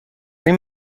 این